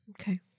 Okay